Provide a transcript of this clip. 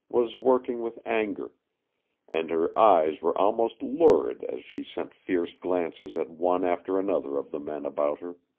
was working with anger and her eyes were almost lurid as she sent fierce glances at one after another of the men about her.